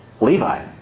Levi